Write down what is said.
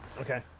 Okay